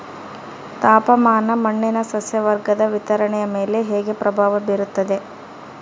ತಾಪಮಾನ ಮಣ್ಣಿನ ಸಸ್ಯವರ್ಗದ ವಿತರಣೆಯ ಮೇಲೆ ಹೇಗೆ ಪ್ರಭಾವ ಬೇರುತ್ತದೆ?